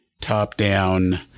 top-down